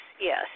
yes